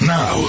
Now